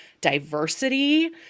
diversity